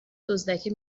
دزدکی